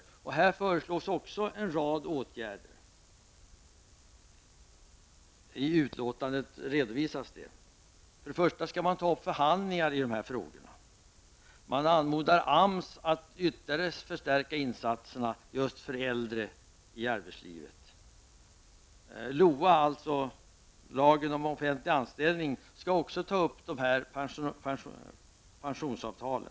I detta sammanhang föreslås också en rad åtgärder som redovisas i betänkandet. Först och främst skall förhandlingar tas upp i dessa frågor. Man anmodar AMS att ytterligare förstärka insatserna just för äldre i arbetslivet. LOA, lagen om offentlig anställning, skall också ta upp dessa pensionsavtal.